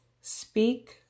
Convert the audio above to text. speak